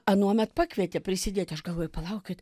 anuomet pakvietė prisidėti aš galvoju palaukit